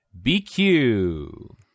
BQ